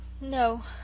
No